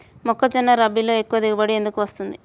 మొక్కజొన్న రబీలో ఎక్కువ దిగుబడి ఎందుకు వస్తుంది?